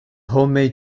homemade